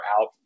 out